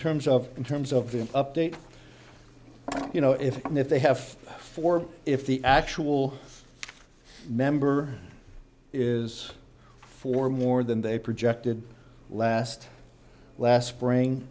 terms of in terms of updates you know if and if they have for if the actual member is for more than they projected last last spring